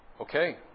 Okay